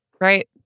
Right